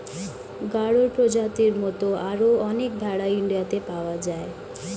গাড়ল প্রজাতির মত আরো অনেক ভেড়া ইন্ডিয়াতে পাওয়া যায়